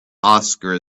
oscar